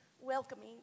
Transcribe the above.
welcoming